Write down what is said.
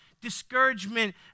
discouragement